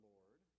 Lord